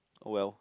oh well